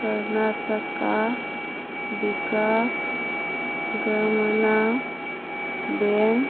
Karnataka Vikas Grameena bank